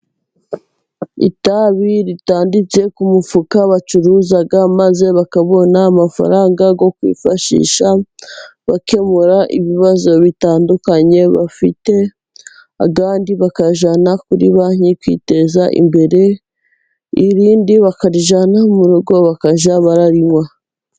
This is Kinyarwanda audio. Itabi ritanditse ku mufuka bacuruza maze bakabona amafaranga yo kwifashisha bakemura ibibazo bitandukanye bafite. Andi bakayajyana kuri banki kwiteza imbere, irindi bakarujyana mu rugo, bakajya bararinywa.